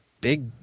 big